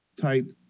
type